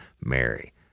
Mary